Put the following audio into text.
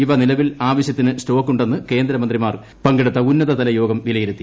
ഇവ നിലവിൽ ആവശ്യത്തിന് സ്റ്റോക്ക് ഉണ്ടെന്ന് കേന്ദ്രമന്ത്രിമാർ പങ്കെടുത്ത ഉന്നതതലയോഗം വിലയിരുത്തി